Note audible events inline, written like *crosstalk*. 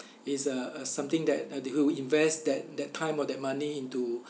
*breath* is uh uh something that uh they would invest that that time or that money into